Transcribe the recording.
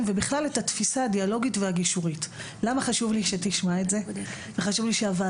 זה גם חלק מרוח